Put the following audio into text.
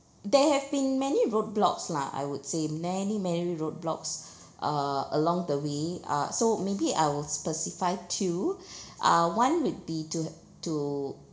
there have been many roadblocks lah I would say many many roadblocks uh along the way uh so maybe I will specify two uh one would be to to